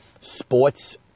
sports